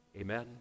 Amen